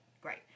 great